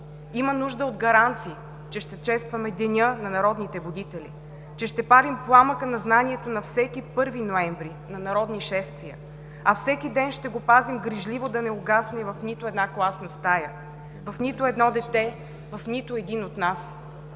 Има нужда от гаранции, че ще честваме Деня на народните будители, че ще палим пламъка на знанието на всеки първи ноември на народни шествия, а всеки ден ще го пазим грижливо, да не угасне в нито една класна стая, в нито едно дете, в нито един от нас!